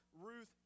Ruth